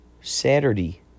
Saturday